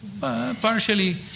Partially